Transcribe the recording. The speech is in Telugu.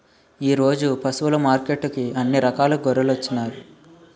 ఈరోజు పశువులు మార్కెట్టుకి అన్ని రకాల గొర్రెలొచ్చినాయ్